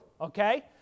okay